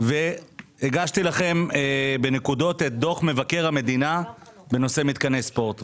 הגשתי לכם בנקודות את דוח מבקר המדינה בנושא מתקני ספורט.